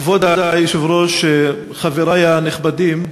כבוד היושב-ראש, חברי הנכבדים,